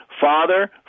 Father